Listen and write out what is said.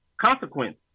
consequence